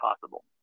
possible